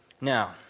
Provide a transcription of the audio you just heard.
Now